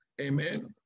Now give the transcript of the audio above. Amen